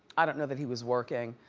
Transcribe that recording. i don't know that he was working.